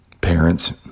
parents